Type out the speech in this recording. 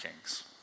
kings